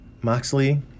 Moxley